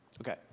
Okay